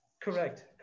Correct